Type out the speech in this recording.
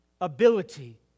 ability